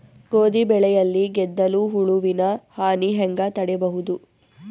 ಗೋಧಿ ಬೆಳೆಯಲ್ಲಿ ಗೆದ್ದಲು ಹುಳುವಿನ ಹಾನಿ ಹೆಂಗ ತಡೆಬಹುದು?